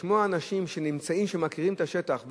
לשמוע אנשים שמכירים את השטח,